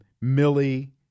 Millie